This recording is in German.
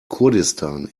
kurdistan